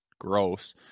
gross